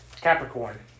Capricorn